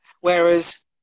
whereas